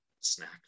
snack